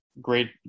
great